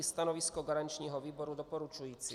Stanovisko garančního výboru je doporučující.